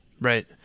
Right